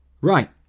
Right